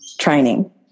training